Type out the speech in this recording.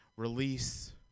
release